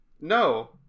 no